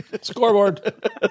Scoreboard